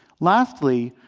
lastly,